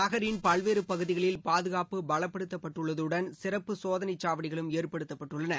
நகரின் பல்வேறு பகுதிகளில் பாதுகாப்பு பலப்படுத்தப்பட்டுள்ளதுடன் சிறப்பு சோதனைச்சாவடிகளும் ஏற்படுத்தப்பட்டுள்ளன